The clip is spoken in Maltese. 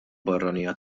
barranija